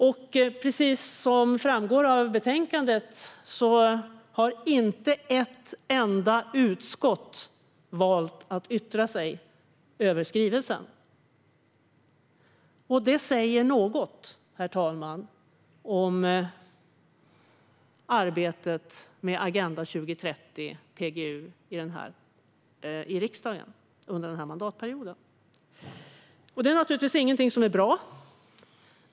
Men precis som framgår av betänkandet har inte ett enda utskott valt att yttra sig över skrivelsen. Det säger något om arbetet med Agenda 2030 och PGU i riksdagen under den här mandatperioden. Det är naturligtvis inget som är bra.